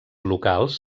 locals